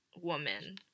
woman